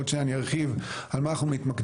ועוד מעט אני ארחיב על מה אנחנו מתמקדים,